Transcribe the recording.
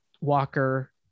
Walker